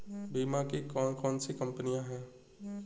बीमा की कौन कौन सी कंपनियाँ हैं?